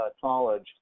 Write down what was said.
college